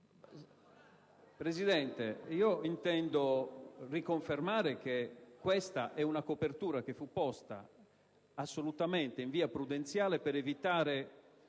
Presidente, io intendo riconfermare che questa è una copertura che fu posta in via assolutamente prudenziale per evitare